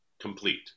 complete